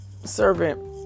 servant